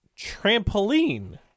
trampoline